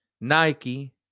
Nike